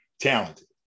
talented